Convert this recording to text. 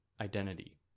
identity